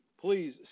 Please